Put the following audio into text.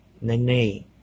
Nene